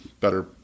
better